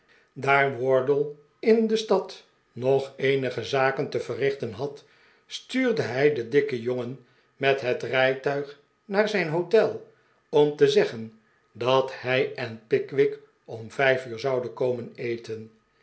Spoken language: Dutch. daar wardle in de stad nog eenige zaken te verrichten had stuurde hij den dikken jongen met het rijtuig naar zijn hotel om te zeggen dat hij en pickwick om vijf uur zouden komen eten